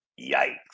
yikes